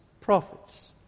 prophets